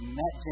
met